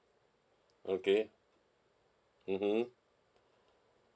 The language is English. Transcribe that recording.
okay mmhmm